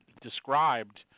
described